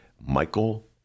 Michael